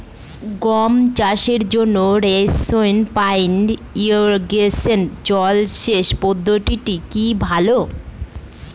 গম চাষের জন্য রেইন পাইপ ইরিগেশন জলসেচ পদ্ধতিটি কি ভালো?